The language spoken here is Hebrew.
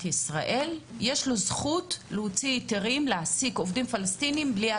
ישראל יש לו זכות להוציא היתרים להעסקת עובדים פלסטיניים בלי הגבלה.